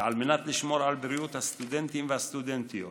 וכדי לשמור על בריאות הסטודנטים והסטודנטיות